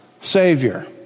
savior